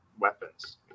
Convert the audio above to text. weapons